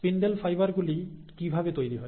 spindle fibre গুলি কিভাবে তৈরি হয়